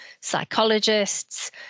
psychologists